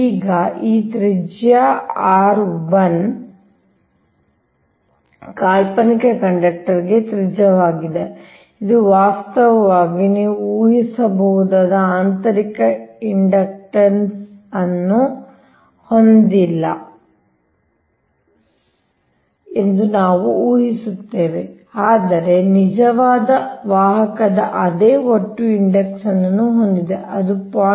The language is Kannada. ಈಗ ಈ ತ್ರಿಜ್ಯ r 1 ಕಾಲ್ಪನಿಕ ಕಂಡಕ್ಟರ್ ನ ತ್ರಿಜ್ಯವಾಗಿದೆ ಇದು ವಾಸ್ತವವಾಗಿ ನೀವು ಊಹಿಸಬಹುದಾದ ಆಂತರಿಕ ಇಂಡಕ್ಟನ್ಸ್ ಅನ್ನು ಹೊಂದಿಲ್ಲ ಎಂದು ನಾವು ಊಹಿಸುತ್ತೇವೆ ಆದರೆ ನಿಜವಾದ ವಾಹಕದ ಅದೇ ಒಟ್ಟು ಇಂಡಕ್ಟನ್ಸ್ ಅನ್ನು ಹೊಂದಿದೆ ಅದು 0